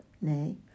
nay